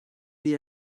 die